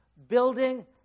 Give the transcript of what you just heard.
Building